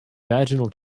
vaginal